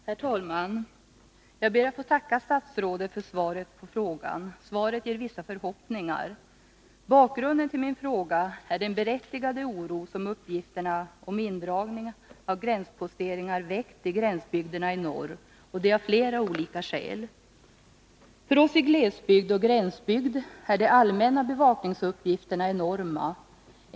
Herr talman! Jag ber att få tacka statsrådet för svaret på min fråga. Svaret inger vissa förhoppningar. Bakgrunden till att jag ställt frågan är den berättigade oro som uppgifterna om indragning av gränsposteringar väckt i gränsbygderna i norr, och det av flera olika skäl. För oss i glesbygd och gränsbygd är de allmänna bevakningsuppgifterna enorma.